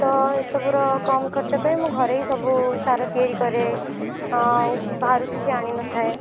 ତ ଏସବୁର କମ୍ ଖର୍ଚ୍ଚ ପାଇଁ ମୁଁ ଘରେ ହିଁ ସବୁ ସାର ତିଆରି କରେ ଆଉ ବାହାରୁ କିଛି ଆଣି ନଥାଏ